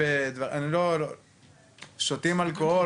שותים אלכוהול,